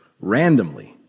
randomly